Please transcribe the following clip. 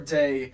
day